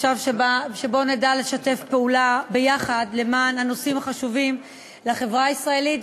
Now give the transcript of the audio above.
מושב שבו נדע לשתף פעולה ביחד למען הנושאים החשובים לחברה הישראלית,